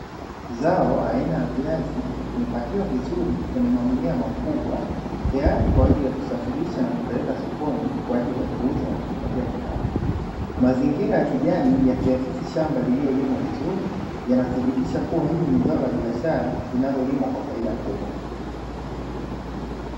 Zao aina ya viazi vimepakiwa vizuri kwenye magunia makubwa, tayari kwa ajili ya kusafirisha na kupeleka sokoni kwa ajili ya kuuza na kujipatia kipato. Mazingira ya kijani yakiakisi shamba lililolimwa vizuri, yanathibitisha kuwa hili ni zao la biashara linalolimwa kwa faida kubwa.